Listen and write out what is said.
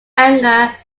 anger